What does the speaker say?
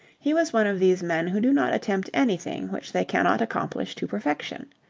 he was one of these men who do not attempt anything which they cannot accomplish to perfection.